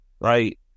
right